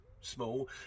small